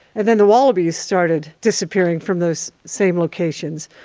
and then the wallabies started disappearing from those same locations.